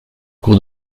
cours